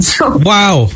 Wow